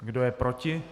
Kdo je proti?